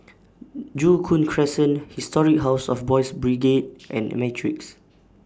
Joo Koon Crescent Historic House of Boys' Brigade and Matrix